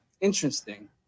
Interesting